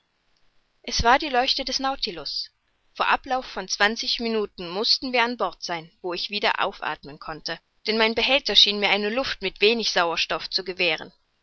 es war die leuchte des nautilus vor ablauf von zwanzig minuten mußten wir an bord sein wo ich wieder aufathmen konnte denn mein behälter schien mir eine luft mit wenig sauerstoff zu gewähren